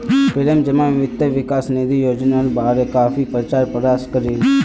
प्रेम जमा वित्त विकास निधि योजनार बारे काफी प्रचार प्रसार करील